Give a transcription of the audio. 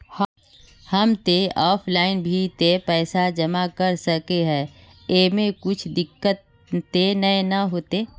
हम ते ऑफलाइन भी ते पैसा जमा कर सके है ऐमे कुछ दिक्कत ते नय न होते?